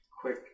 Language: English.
Quick